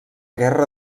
guerra